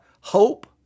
hope